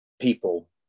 people